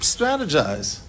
Strategize